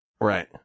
Right